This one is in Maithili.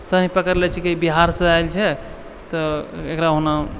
सँ ही पकड़ि लै छै ई बिहारसँ आयल छै तऽ एकरा ओना